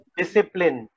discipline